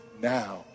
now